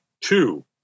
Two